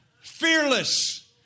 Fearless